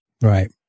Right